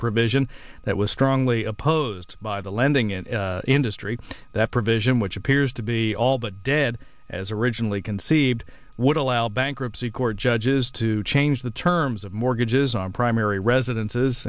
provision that was strongly opposed by the lending an industry that provision which appears to be all but dead as originally conceived would allow bankruptcy court judges to change the terms of mortgages on primary residence